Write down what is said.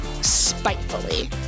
spitefully